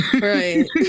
Right